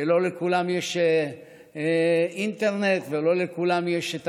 שלא לכולם יש אינטרנט ולא לכולם יש את